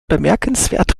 bemerkenswert